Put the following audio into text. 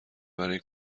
برای